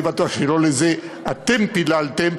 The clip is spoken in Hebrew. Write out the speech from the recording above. אני בטוח שלא לזה אתם פיללתם,